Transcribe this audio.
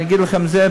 אני אגיד לכם את זה,